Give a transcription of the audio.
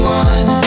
one